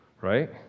Right